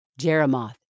Jeremoth